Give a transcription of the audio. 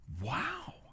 Wow